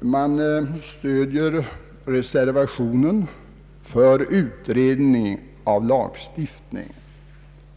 med anledning av de två debattinläggen. Talarna stöder reservationen för utredning om en lagstiftning.